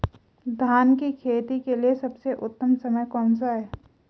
धान की खेती के लिए सबसे उत्तम समय कौनसा है?